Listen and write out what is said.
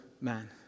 man